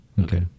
Okay